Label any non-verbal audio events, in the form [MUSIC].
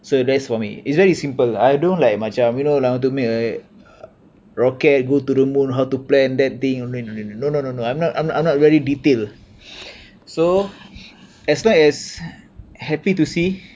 so that's for me it's very simple I don't like macam you know lah to me a rocket go to the moon how to plan that thing no need no need no need no no no no I'm not I'm not very detail [BREATH] so as long as happy to see